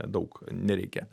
daug nereikia